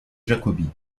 jacobi